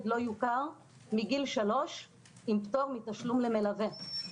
לא יוכר מגיל 3 עם פטור מתשלום למלווה.